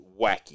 wacky